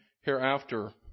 hereafter